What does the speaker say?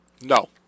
No